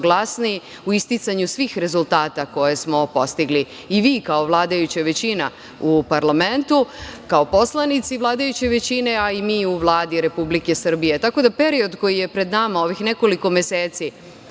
u isticanju svih rezultata koje smo postigli, i vi kao vladajuća većina u parlamentu, kao poslanici vladajuće većine, a i mi u Vladi Republike Srbije. Tako da, u periodu koji je pred nama u ovih nekoliko meseci